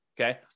okay